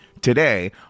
today